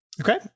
Okay